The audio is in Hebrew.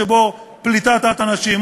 שבו פליטת האנשים,